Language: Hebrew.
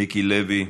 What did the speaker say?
מיקי לוי,